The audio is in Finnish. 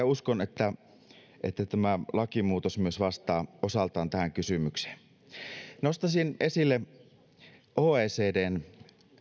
uskon että että tämä lakimuutos vastaa osaltaan myös tähän kysymykseen nostaisin esille oecdn